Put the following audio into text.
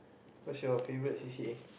what's your favourite c_c_a